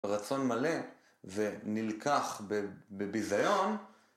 רצון מלא ונלקח בביזיון התמחוי המלא שניתן לנו